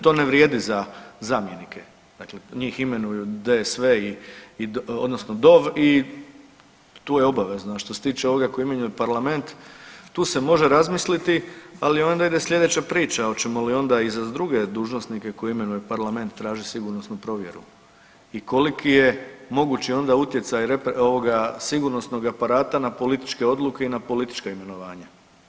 To ne vrijedi za zamjenike, dakle njih imenuju DSV i odnosno DOV i tu je obavezna, a što se tiče ovoga koji imenuje parlament tu se može razmisliti, ali onda ide slijedeća priča hoćemo li onda i za druge dužnosnike koje imenuje parlament tražit sigurnosnu provjeru i koliki je mogući onda utjecaj ovoga sigurnosnog aparata na političke odluke i na politička imenovanja.